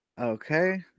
Okay